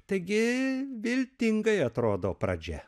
taigi viltingai atrodo pradžia